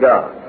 God